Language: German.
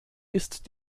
ist